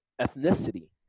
ethnicity